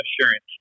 Assurance